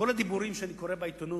כל הדיבורים שאני קורא בעיתונות,